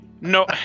No